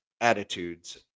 attitudes